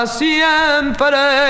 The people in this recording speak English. siempre